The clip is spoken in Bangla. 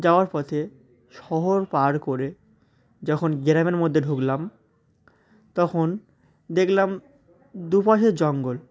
যাওয়ার পথে শহর পার করে যখন গ্রামের মধ্যে ঢুকলাম তখন দেখলাম দুপাশের জঙ্গল